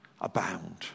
abound